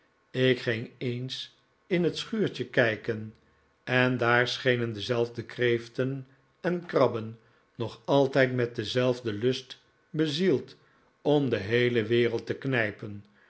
ik ging een in het schuuftje kijken en daar schenen dezelfde kreeften en krabben nog altijd met denzelfden lust bezield om de heele wereld te knijpen